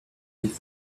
and